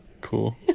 Cool